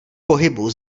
pohybu